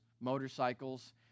motorcycles